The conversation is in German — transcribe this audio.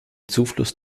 zufluss